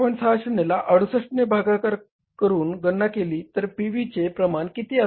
60 ला 68 ने भागाकारून गणना केली तर पी व्हीचे प्रमाण किती असेल